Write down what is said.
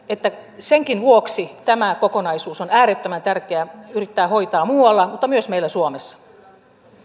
että senkin vuoksi tämä kokonaisuus on äärettömän tärkeä yrittää hoitaa muualla mutta myös meillä suomessa